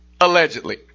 Allegedly